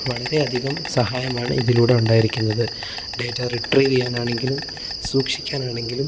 വളരെ അധികം സഹായമാണ് ഇതിലൂടെ ഉണ്ടായിരിക്കുന്നത് ഡേറ്റാ റിട്രീവ് ചെയ്യാനാണെങ്കിലും സൂക്ഷിക്കാൻ ആണെങ്കിലും